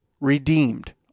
redeemed